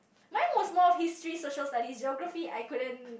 mine was more of history social studies geography I couldn't